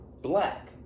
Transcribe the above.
black